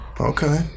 Okay